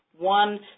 One